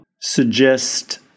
suggest